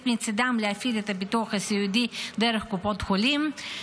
מצידן להפעיל את הביטוח הסיעודי דרך קופות חולים,